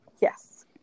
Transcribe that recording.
Yes